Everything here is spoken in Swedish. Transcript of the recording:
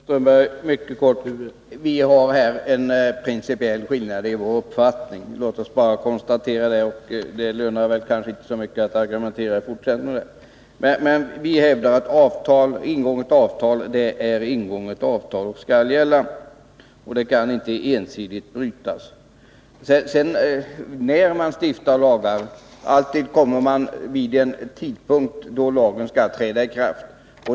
Herr talman! Mycket kort till Håkan Strömberg. Det finns en principiell skillnad mellan våra uppfattningar. Låt oss bara konstatera detta. Det lönar siginte så mycket att argumentera. Vi hävdar emellertid att ett ingånget avtal är ett ingånget avtal och skall gälla. Det kan inte ensidigt brytas. När man stiftar lagar, kommer man alltid till en tidpunkt då lagen skall träda i kraft.